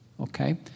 okay